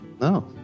no